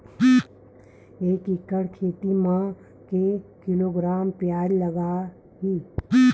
एक एकड़ खेती म के किलोग्राम प्याज लग ही?